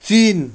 चिन